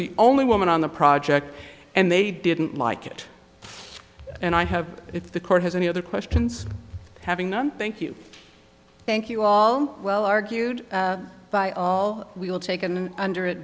the only woman on the project and they didn't like it and i have if the court has any other questions having none thank you thank you all well argued we'll taken under it